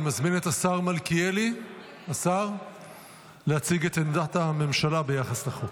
אני מזמין את השר מלכיאלי להציג את עמדת הממשלה ביחס לחוק.